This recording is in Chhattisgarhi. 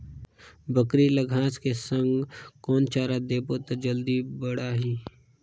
बकरी ल घांस के संग कौन चारा देबो त जल्दी बढाही?